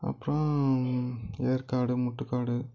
அப்புறம் ஏற்காடு முட்டுகாடு